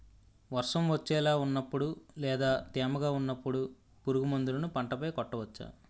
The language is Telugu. వర్షం వచ్చేలా వున్నపుడు లేదా తేమగా వున్నపుడు పురుగు మందులను పంట పై కొట్టవచ్చ?